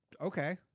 Okay